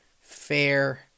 fair